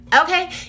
okay